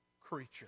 creature